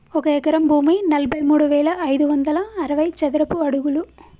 ఒక ఎకరం భూమి నలభై మూడు వేల ఐదు వందల అరవై చదరపు అడుగులు